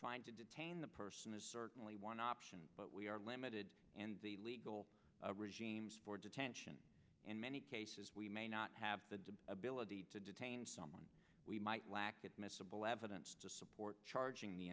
trying to detain the person is certainly one option but we are limited and the legal regimes for detention in many cases we may not have the ability to detain someone we might lack admissible evidence to support charging the